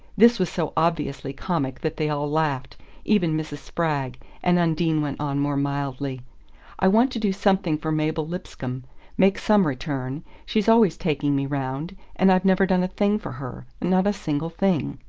this was so obviously comic that they all laughed even mrs. spragg and undine went on more mildly i want to do something for mabel lipscomb make some return. she's always taking me round, and i've never done a thing for her not a single thing.